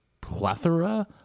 plethora